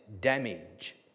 damage